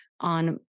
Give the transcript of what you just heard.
on